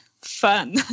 fun